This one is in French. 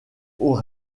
aux